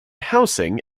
housing